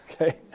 Okay